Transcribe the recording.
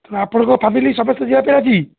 ତ ଆପଣଙ୍କ ଫ୍ୟାମିଲି ସମସ୍ତେ ଯିବା ପାଇଁ ରାଜି